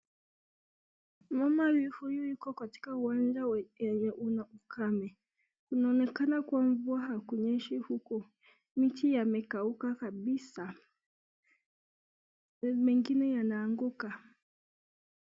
Mama huyu yuko katika uwanja we yenye una ukame. Kunaonekana kuwa mvua kakunyeshi huku, miti yamekauka kabisa na mengine yanaanguka.